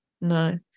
No